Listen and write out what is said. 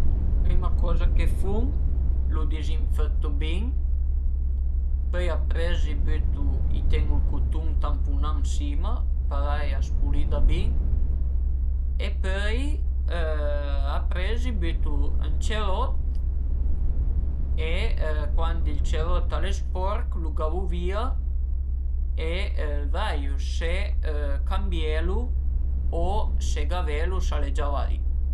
Prima coza che fun lu dizinfëttu bin, pöi apres i bütu, i ten-u ël cutun tampunà ën sima parei a s'pulida bin e pöi apres i bütu ën cerot e cuandi ël ceròt al e sporch lu gavu vìa e veiu se cambielu o se gavelu s'al e gia guarì